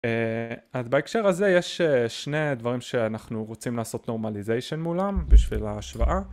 אז בהקשר הזה יש שני דברים שאנחנו רוצים לעשות normalization מולם בשביל ההשוואה